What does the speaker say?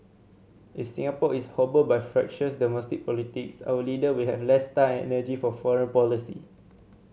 is Singapore is hobbled by fractious domestic politics our leader will have less time and energy for foreign policy